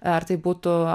ar tai būtų